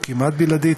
או כמעט בלעדית,